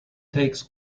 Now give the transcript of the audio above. takes